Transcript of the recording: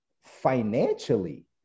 financially